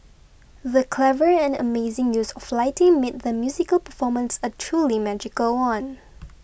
the clever and amazing use of lighting made the musical performance a truly magical one